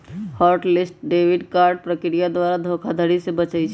hot list debit card प्रक्रिया द्वारा धोखाधड़ी से बचबइ छै